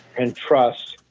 and trust.